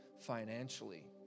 financially